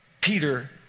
Peter